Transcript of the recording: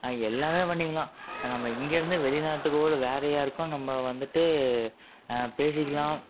எல்லாம் பண்ணிக்கலாம் நம்ம இங்கேருந்தே வெளிநாட்டுக்கோ இல்லை வேறே யாருக்கோ நம்ம வந்துட்டு பேசிக்கலாம்